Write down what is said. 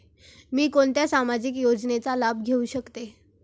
मी कोणत्या सामाजिक योजनेचा लाभ घेऊ शकते?